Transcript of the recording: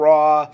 Raw